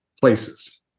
places